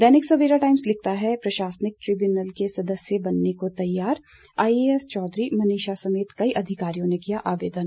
दैनिक Savera times लिखता है प्रशासनिक ट्रिब्यूनल के सदस्य बनने को तैयार आईएएस चौधरी मनीषा समेत कई अधिकारियों ने किया आवेदन